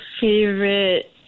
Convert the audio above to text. favorite